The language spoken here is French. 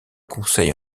conseil